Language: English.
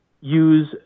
use